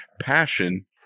passion